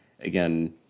again